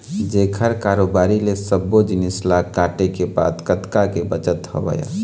जेखर कारोबारी ले सब्बो जिनिस ल काटे के बाद कतका के बचत हवय